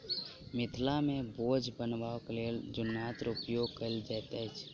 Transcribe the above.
मिथिला मे बोझ बन्हबाक लेल जुन्नाक उपयोग कयल जाइत अछि